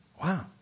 Wow